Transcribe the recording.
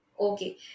Okay